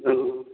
ओऽ